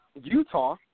Utah